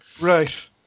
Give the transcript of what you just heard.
Right